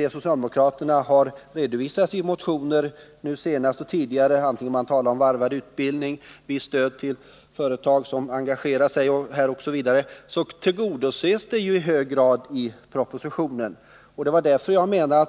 socialdemokraterna har redovisat i motioner — både nu senast och tidigare och oavsett om de talar om varvad utbildning eller visst stöd till företag som engagerar sig här osv. — så tillgodoses de kraven i hög grad i propositionen. Det var det som jag menade.